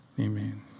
Amen